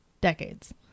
decades